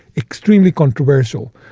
extremely controversial.